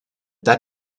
that